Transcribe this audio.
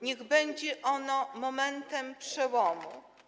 Niech będzie ono momentem przełomu.